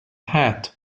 hat